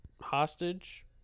hostage